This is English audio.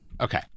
Okay